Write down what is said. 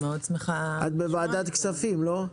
את בוועדת כספים, נכון?